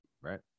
Right